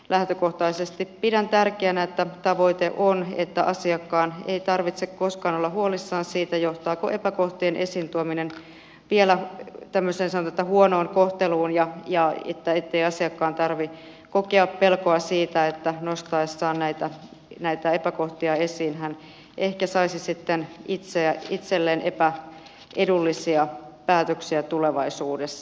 lähtökohtaisesti pidän tärkeänä että tavoite on että asiakkaan ei tarvitse koskaan olla huolissaan siitä johtaako epäkohtien esiin tuominen vielä sanotaan huonoon kohteluun ja ettei asiakkaan tarvitse kokea pelkoa siitä että nostaessaan näitä epäkohtia esiin hän ehkä saisi sitten itselleen epäedullisia päätöksiä tulevaisuudessa